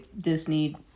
Disney